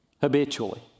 habitually